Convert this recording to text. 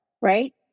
right